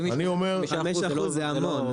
אם השתנה --- 5% זה המון.